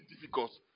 difficult